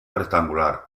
rectangular